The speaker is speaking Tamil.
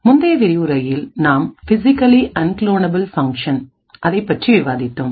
முந்தைய விரிவுரையில் நாம் பிசிக்கலி அன்குலோனபுல் ஃபங்ஷன்ஸ் அதைப்பற்றி விவாதித்தோம்